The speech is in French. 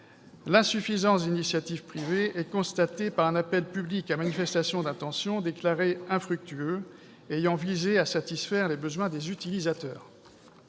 L'insuffisance d'initiatives privées est constatée par un appel public à manifestation d'intentions déclaré infructueux ayant visé à satisfaire les besoins [...] des utilisateurs